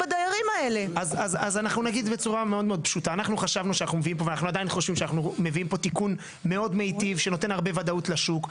אנחנו חשבנו שאנחנו מביאים תיקון מיטיב שנותן הרבה מאוד ודאות לשוק.